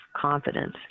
confidence